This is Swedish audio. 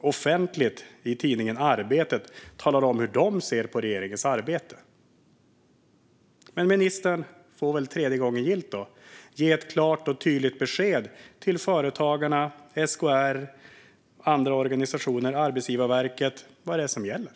offentligt talar om i tidningen Arbetet att de ser på regeringens arbete på detta sätt. Men ministern får väl, tredje gången gillt, ge ett klart och tydligt besked till Företagarna, SKR och andra organisationer, till exempel Arbetsgivarverket, om vad som gäller.